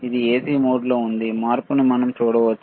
ఇది ఎసి మోడ్లో ఉంది మార్పును మనం చూడవచ్చు